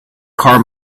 car